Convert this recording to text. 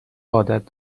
عادت